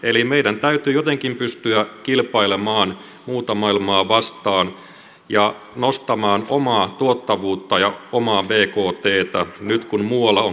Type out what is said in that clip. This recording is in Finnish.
eli meidän täytyy jotenkin pystyä kilpailemaan muuta maailmaa vastaan ja nostamaan omaa tuottavuutta ja bkttä nyt kun muualla on kasvu heikkoa